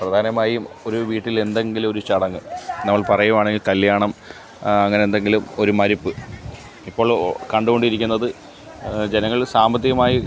പ്രധാനമായും ഒരു വീട്ടിൽ എന്തെങ്കിലുമൊരു ചടങ്ങ് നമ്മൾ പറയുകയാണെങ്കിൽ കല്യാണം അങ്ങനെ എന്തെങ്കിലും ഒരു മരിപ്പ് ഇപ്പോൾ കണ്ടുകൊണ്ടിരിക്കുന്നത് ജനങ്ങൾ സാമ്പത്തികമായി